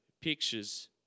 pictures